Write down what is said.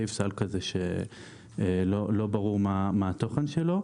סעיף סל כזה שלא ברור מה התוכן שלו.